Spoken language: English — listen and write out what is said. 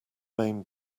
main